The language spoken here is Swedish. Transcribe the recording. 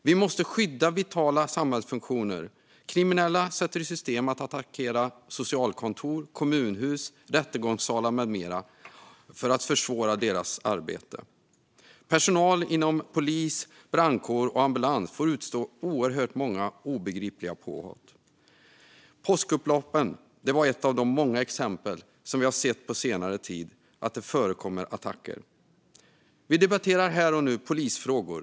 Vi måste skydda vitala samhällsfunktioner. Kriminella sätter i system att attackera socialkontor, kommunhus, rättegångssalar med mera, för att försvåra arbetet för dem som arbetar där. Personal inom polis, brandkår och ambulans får utstå oerhört många obegripliga påhopp. Påskupploppen är ett av många exempel på attacker som vi har sett på senare tid. Vi debatterar här och nu Polisfrågor .